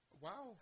Wow